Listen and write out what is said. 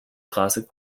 classic